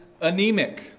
anemic